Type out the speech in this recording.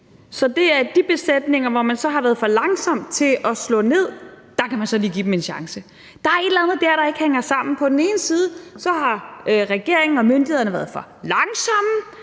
og det er de besætninger, som man har været for langsom til at slå ned, som man så lige kan give en chance. Der er et eller andet dér, der ikke hænger sammen. På den ene side siger man, at regeringen og myndighederne har været for langsomme,